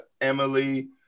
Emily